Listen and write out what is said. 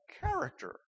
character